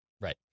right